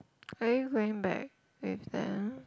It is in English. are you going back with them